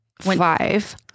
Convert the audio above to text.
five